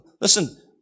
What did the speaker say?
listen